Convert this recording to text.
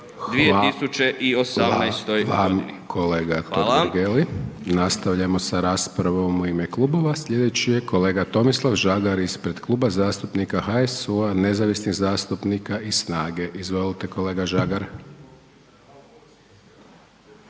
Hvala kolega Totgergeli. Nastavljamo s raspravom u ime klubova. Sljedeći je kolega Tomislav Žagar ispred Kluba zastupnika HSU-a, nezavisnih zastupnika i SNAGA-e. Izvolite kolega Žagar.